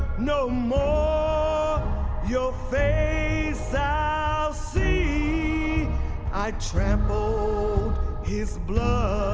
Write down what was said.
no more ah your face i'll see i trampled his blood